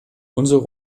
unsere